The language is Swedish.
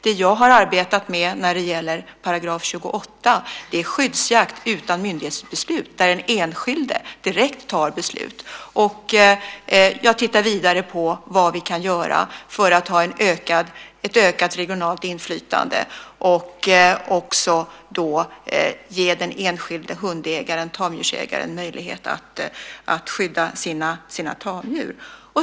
Det som jag har arbetat med när det gäller § 28 är skyddsjakt utan myndighetsbeslut där den enskilde direkt tar beslut. Och jag tittar vidare på vad vi kan göra för att ge ett ökat regionalt inflytande och också ge den enskilde tamdjursägaren möjlighet att skydda sina tamdjur.